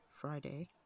Friday